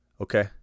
okay